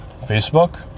Facebook